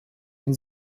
den